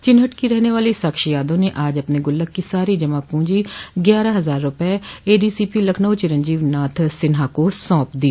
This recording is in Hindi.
चिनहट की रहने वाली साक्षी यादव ने आज अपने गुल्लक की सारी जमा पूंजी ग्यारह हजार रूपये एडीसीपी लखनऊ चिरंजीवी नाथ सिन्हा को सौंप दी